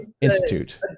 institute